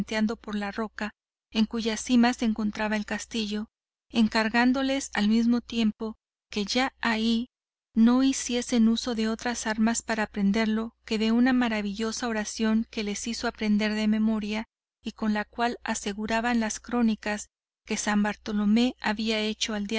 serpenteando por la roca en cuya cima se encontraba el castillo encargándoles al mismo tiempo que ya allí no hiciesen uso de otras armas para aprehenderlo que de una maravillosa oración que les hizo aprender de memoria y con lo cual aseguraban las crónicas que san bartolomé había hecho al